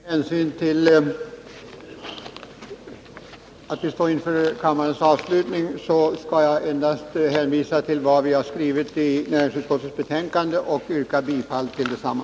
Herr talman! Med hänsyn till att vi nu står inför kammarens avslutning skall jag endast hänvisa till vad vi har skrivit i näringsutskottets betänkande och yrka bifall till detsamma.